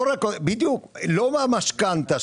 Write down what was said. לא מהמשכנתא,